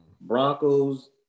Broncos